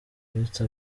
uretse